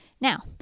Now